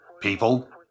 People